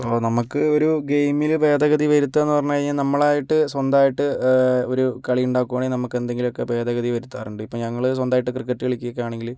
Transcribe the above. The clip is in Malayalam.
അപ്പം നമുക്ക് ഒരു ഗെയിമിൽ ഭേദഗതി വരുത്തുക എന്ന് പറഞ്ഞു കഴിഞ്ഞാൽ നമ്മളായിട്ട് സ്വന്തമായിട്ട് ഒരു കളിയുണ്ടാക്കുകയാണെങ്കിൽ നമുക്ക് ഏന്തെങ്കിലുമൊക്കെ ഭേദഗതി വരുത്താറുണ്ട് ഇപ്പം ഞങ്ങൾ സ്വന്തമായിട്ട് ക്രിക്കറ്റ് കളിക്കുകയൊക്കെ ആണെങ്കിൽ